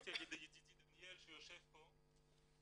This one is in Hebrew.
הוחלפתי על ידי ידידי דניאל שיושב פה,